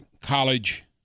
college